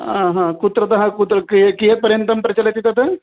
हा कुत्रतः कुत्र क कियत्पर्यन्तं प्रचलति तत्